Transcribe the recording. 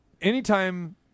anytime